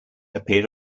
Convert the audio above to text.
appeared